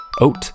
oat